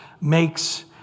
makes